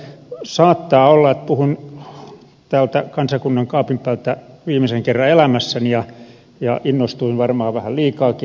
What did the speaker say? saattaa olla että puhun täältä kansakunnan kaapin päältä viimeisen kerran elämässäni ja innostuin varmaan vähän liikaakin